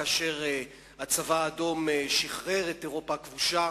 כאשר הצבא האדום שחרר את אירופה הכבושה,